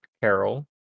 Carol